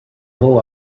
whole